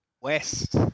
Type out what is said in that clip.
West